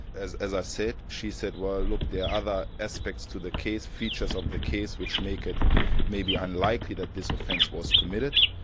as as i said, she said well look, the other aspects to the case, features of the case which make it maybe unlikely that this offence was committed,